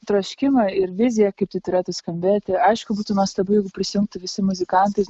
troškimą ir viziją kaip tai turėtų skambėti aišku būtų nuostabu jeigu prisijungtų visi muzikantais